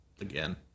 again